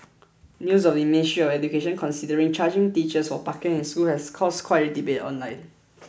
news of the Ministry of Education considering charging teachers for parking in schools has caused quite a debate online